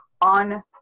on